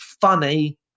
funny